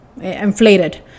inflated